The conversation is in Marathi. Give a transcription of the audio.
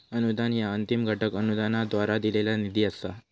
अनुदान ह्या अंतिम घटक अनुदानाद्वारा दिलेला निधी असा